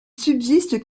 subsiste